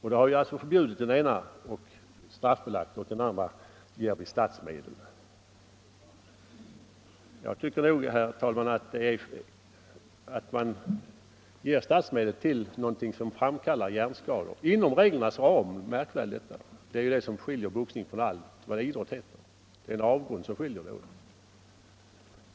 Då har vi alltså förbjudit och staffbelagt i det ena fallet och understöder via statsmedel i det andra fallet. Herr talman! Man ger statsmedel till någonting som framkallar hjärnskador — märk väl inom reglernas ram — och det är vad som enligt min mening skiljer boxning från allt vad idrott heter. Det är en avgrund som skiljer.